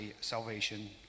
salvation